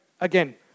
again